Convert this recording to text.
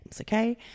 okay